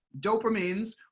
dopamines